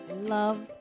love